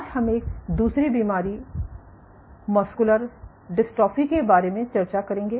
आज हम एक दूसरी बीमारी मस्कुलर डेस्ट्रोफी के बारे में चर्चा करेंगे